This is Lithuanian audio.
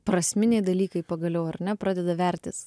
prasminiai dalykai pagaliau ar ne pradeda vertis